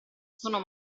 sono